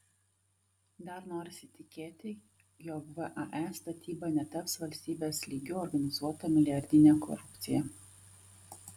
dar norisi tikėti jog vae statyba netaps valstybės lygiu organizuota milijardine korupcija